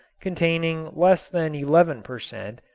containing less than eleven per cent,